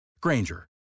Granger